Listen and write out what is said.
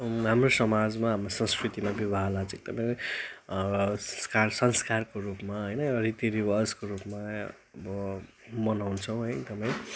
हाम्रो समाजमा हाम्रो संस्कृतिमा विवाहलाई चाहिँ एकदमै संस्कार संस्कारको रूपमा होइन रीतिरिवाजको रूपमा अब मनाउँछौँ एकदमै